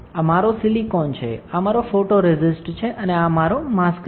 આ મારો સિલિકોન છે આ મારો ફોટોરેસિસ્ટ છે અને આ મારો માસ્ક છે